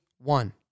one